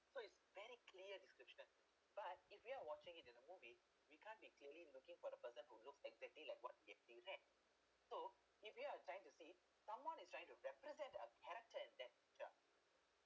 so it's very clear description but if we are watching it in the movie we can't be clearly looking for the person who looks exactly like what did we read so if you are trying to say someone is trying to represent a character that uh